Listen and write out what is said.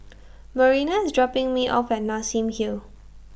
Marina IS dropping Me off At Nassim Hill